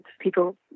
people